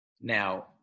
now